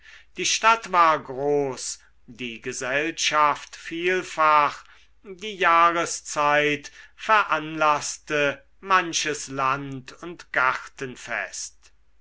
die stadt war groß die gesellschaft vielfach die jahreszeit veranlaßte manches land und gartenfest